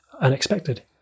unexpected